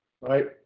right